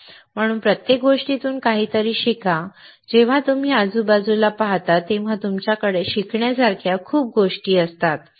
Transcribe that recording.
म्हणून प्रत्येक गोष्टीतून काहीतरी शिका जेव्हा तुम्ही आजूबाजूला पाहता तेव्हा तुमच्याकडे शिकण्यासारख्या खूप गोष्टी असतात